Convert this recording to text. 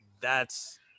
that's-